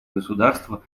государства